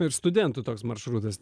ir studentų toks maršrutas